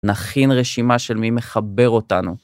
נכין רשימה של מי מחבר אותנו.